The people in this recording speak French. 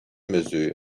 mesure